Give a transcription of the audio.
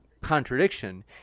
contradiction